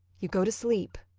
you go to sleep.